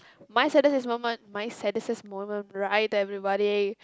my saddest moment my saddest moment right everybody